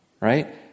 Right